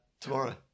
tomorrow